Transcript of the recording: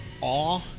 awe